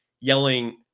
yelling